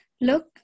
Look